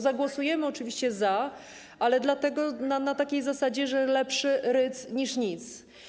Zagłosujemy oczywiście za nią, ale na takiej zasadzie, że lepszy rydz niż nic.